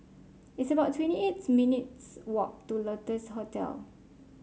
it's about twenty eight minutes' walk to Lotus Hostel